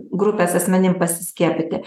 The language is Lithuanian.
grupės asmenim pasiskiepyti